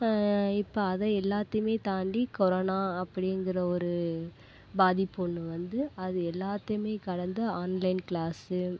இப்போ அதை எல்லாத்தையுமே தாண்டி கொரோனா அப்படிங்கிற ஒரு பாதிப்பு ஒன்று வந்து அது எல்லாத்தையுமே கடந்து ஆன்லைன் க்ளாஸு